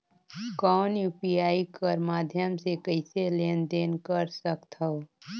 कौन यू.पी.आई कर माध्यम से कइसे लेन देन कर सकथव?